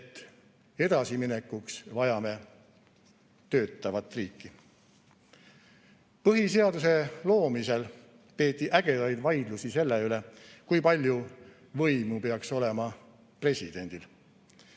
et edasiminekuks vajame töötavat riiki. Põhiseaduse loomisel peeti ägedaid vaidlusi selle üle, kui palju võimu peaks olema presidendil.